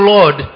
Lord